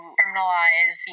criminalize